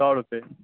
سو روپیے